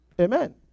Amen